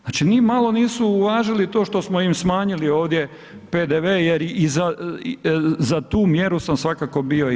Znači nimalo nisu uvažili to što smo im smanjili ovdje PDV jer za tu mjeru sam svakako bio i ja.